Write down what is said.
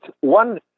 one